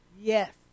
yes